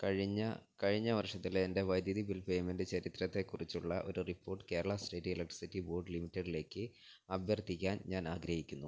കഴിഞ്ഞ കഴിഞ്ഞ വർഷത്തിലെ എൻ്റെ വൈദ്യുതി ബിൽ പേയ്മെൻ്റ് ചരിത്രത്തെക്കുറിച്ചുള്ള ഒരു report Kerala state electricity board ലിമിറ്റഡിലേക്ക് അഭ്യർത്ഥിക്കാൻ ഞാൻ ആഗ്രഹിക്കുന്നു